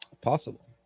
possible